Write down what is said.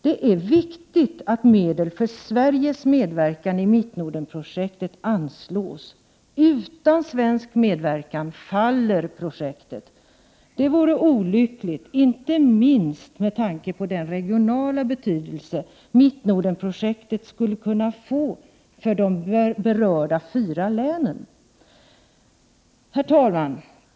Det är viktigt att medel för Sveriges medverkan i Mittnordenprojektet anslås. Utan svensk medverkan faller projektet. Det vore olyckligt inte minst med tanke på den regionala betydelse som Mittnordenprojektet skulle kunna få för de berörda fyra länen. Herr talman!